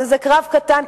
זה קרב קטן,